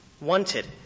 wanted